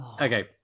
okay